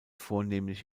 vornehmlich